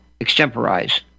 extemporize